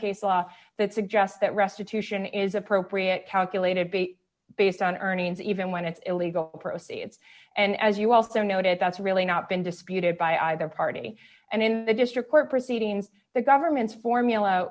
case law that suggests that restitution is appropriate calculated be based on earnings even when it's illegal proceeds and as you also noted that's really not been disputed by either party and in the district court proceedings the government's formula